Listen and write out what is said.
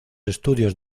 estudios